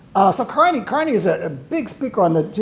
so carney carney is ah a big speaker on the